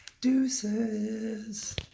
Deuces